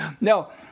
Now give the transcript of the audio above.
No